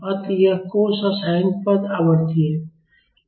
अतः यह cos और sine पद आवर्ती हैं